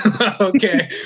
okay